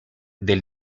del